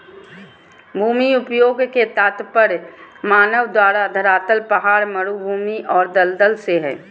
भूमि उपयोग के तात्पर्य मानव द्वारा धरातल पहाड़, मरू भूमि और दलदल से हइ